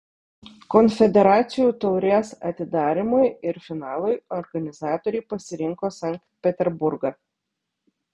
konfederacijų taurės atidarymui ir finalui organizatoriai pasirinko sankt peterburgą